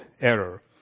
error